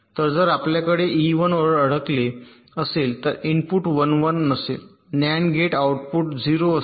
तर जर आपल्याकडे ई 1 वर अडकले असेल तर इनपुट 1 1 असेल नअँड गेट आउटपुट 0 असेल